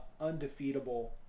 undefeatable